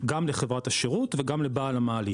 גם לחברת השירות וגם לבעל המעלית.